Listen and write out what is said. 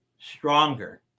stronger